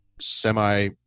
semi